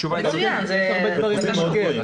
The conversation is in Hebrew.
מצוין, זה חשוב.